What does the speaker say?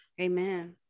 Amen